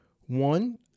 One